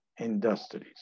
industries